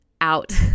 out